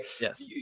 Yes